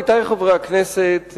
עמיתי חברי הכנסת,